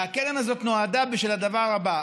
והקרן הזאת נועדה בשביל הדבר הבא,